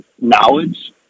knowledge